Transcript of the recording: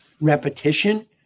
repetition